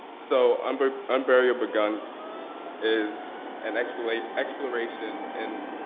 so um but unburial begun is an exploration exploration in